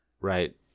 Right